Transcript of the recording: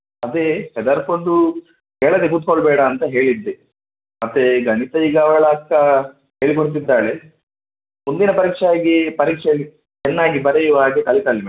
ಅದೇ ಹೆದರಿಕೊಂಡು ಕೇಳದೆ ಕೂತ್ಕೊಳ್ಬೇಡ ಅಂತ ಹೇಳಿದ್ದೆ ಮತ್ತು ಗಣಿತ ಈಗ ಅವಳ ಅಕ್ಕ ಹೇಳಿಕೊಡ್ತಿದ್ದಾಳೆ ಮುಂದಿನ ಪರೀಕ್ಷೆಯಾಗಿ ಪರೀಕ್ಷೆಯಲ್ಲಿ ಚೆನ್ನಾಗಿ ಬರೆಯುವ ಹಾಗೆ ಕಲಿತಾಳೆ ಮೇಡಮ್